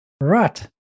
Right